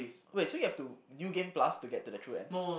wait so you have to do you gain plus to get to the true end